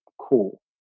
cool